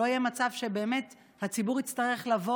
שלא יהיה מצב שבאמת הציבור יצטרך לבוא